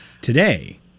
Today